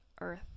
earth